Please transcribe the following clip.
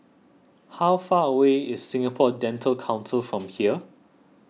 how far away is Singapore Dental Council from here